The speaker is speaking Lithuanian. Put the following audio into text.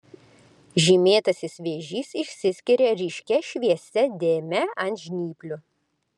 žymėtasis vėžys išsiskiria ryškia šviesia dėme ant žnyplių